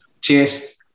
Cheers